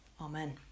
Amen